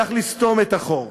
צריך לסתום את החור.